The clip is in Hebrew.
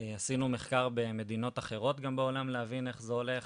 עשינו מחקר במדינות אחרות בעולם להבין איך זה הולך,